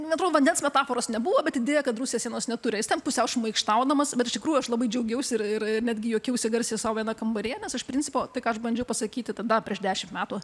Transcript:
atrodo vandens metaforos nebuvo bet idėja kad rusija sienos neturi jis ten pusiau šmaikštaudamas bet iš tikrųjų aš labai džiaugiausi ir ir netgi juokiausi garsiai sau viena kambaryje nes iš principo tai ką aš bandžiau pasakyti tada prieš dešimt metų